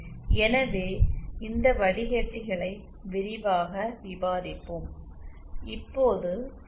எனவே இந்த வடிக்கட்டிகளை விரிவாக விவாதிப்போம்